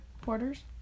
Porter's